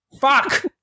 fuck